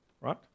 right